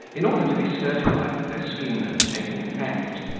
in order to be certified that their scheme had taken effect,